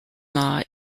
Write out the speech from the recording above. law